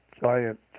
giant